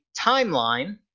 timeline